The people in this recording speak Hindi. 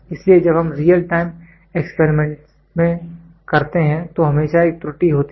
इसलिए जब हम रियल टाइम एक्सपेरिमेंट में करते हैं तो हमेशा एक त्रुटि होती है